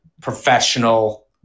professional